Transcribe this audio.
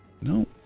No